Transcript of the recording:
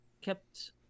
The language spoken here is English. kept